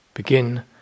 Begin